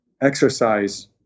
exercise